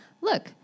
look